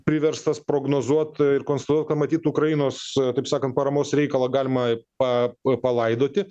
priverstas prognozuot ir konstruot kad matytų ukrainos taip sakant paramos reikalą galima pa pa palaidoti